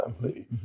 family